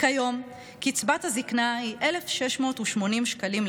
כיום קצבת הזקנה היא 1,680 שקלים,